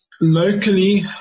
Locally